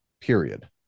period